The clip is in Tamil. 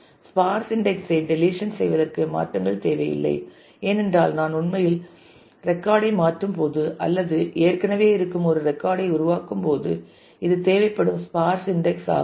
ஸ்பார்ஸ் இன்டெக்ஸ் ஐ டெலிசன் செய்வதற்கு மாற்றங்கள் தேவையில்லை ஏனென்றால் நான் உண்மையில் ரெக்கார்ட் ஐ மாற்றும்போது அல்லது ஏற்கனவே இருக்கும் ஒரு ரெக்கார்ட் ஐ உருவாக்கும்போது இது தேவைப்படும் ஸ்பார்ஸ் இன்டெக்ஸ் ஆகும்